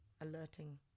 alerting